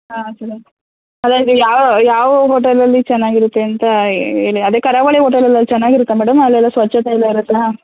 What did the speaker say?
ಹಾಂ ಅಲ್ಲ ಇದು ಯಾವ ಯಾವ ಹೋಟಲಲ್ಲಿ ಚೆನ್ನಾಗಿರುತ್ತೆ ಅಂತ ಹೇಳಿ ಅದೇ ಕರಾವಳಿ ಓಟೆಲಲ್ಲಿ ಚೆನ್ನಾಗಿರುತ್ತಾ ಮೇಡಮ್ ಅಲ್ಲೆಲ್ಲ ಸ್ವಚ್ಛತೆ ಎಲ್ಲ ಇರುತ್ತಾ